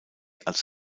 als